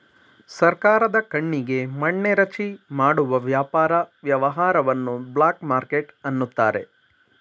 ಸರ್ಕಾರದ ಕಣ್ಣಿಗೆ ಮಣ್ಣೆರಚಿ ಮಾಡುವ ವ್ಯಾಪಾರ ವ್ಯವಹಾರವನ್ನು ಬ್ಲಾಕ್ ಮಾರ್ಕೆಟ್ ಅನ್ನುತಾರೆ